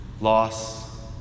Loss